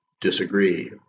disagree